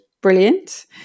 brilliant